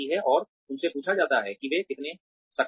और उनसे पूछा जाता है वे कितना सक्षम हैं